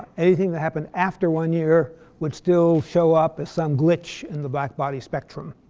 anything that happened after one year would still show up as some glitch in the black-body spectrum.